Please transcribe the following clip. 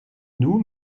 nous